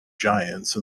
giants